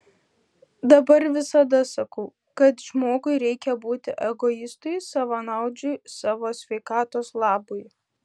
dabar visada sakau kad žmogui reikia būti egoistui savanaudžiui savo sveikatos labui